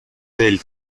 del